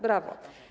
Brawo!